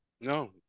No